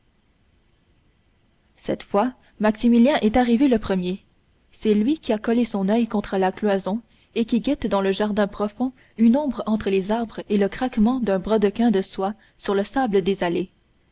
cette fois maximilien est arrivé le premier c'est lui qui a collé son oeil contre la cloison et qui guette dans le jardin profond une ombre entre les arbres et le craquement d'un brodequin de soie sur le sable des allées